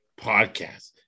podcast